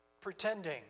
Pretending